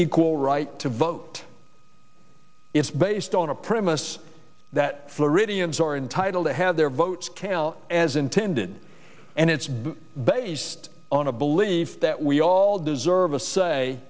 equal right to vote it's based on a premise that floridians are entitled to have their votes cal as intended and it's been based on a belief that we all deserve a say